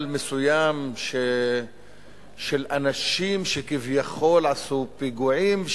מסוים של אנשים שכביכול עשו פיגועים,